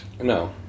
No